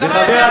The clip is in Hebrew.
אתה לא יודע,